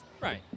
Right